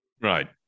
right